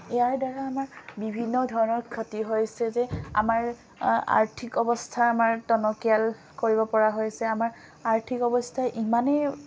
ইয়াৰ দ্বাৰা আমাৰ বিভিন্ন ধৰণৰ ক্ষতি হৈছে যে আমাৰ আৰ্থিক অৱস্থা আমাৰ টনকিয়াল কৰিব পৰা হৈছে আমাৰ আৰ্থিক অৱস্থা ইমানেই